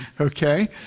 Okay